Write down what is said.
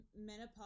Menopause